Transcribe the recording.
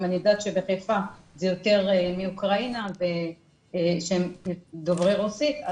אם אני יודעת שבחיפה זה יותר מאוקראינה שהם דוברי רוסית,